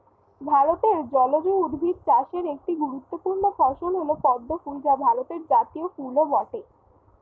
ভারতে জলজ উদ্ভিদ চাষের একটি গুরুত্বপূর্ণ ফসল হল পদ্ম ফুল যা ভারতের জাতীয় ফুলও বটে